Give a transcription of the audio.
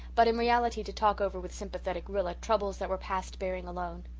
but in reality to talk over with sympathetic rilla troubles that were past bearing alone.